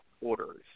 orders